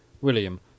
William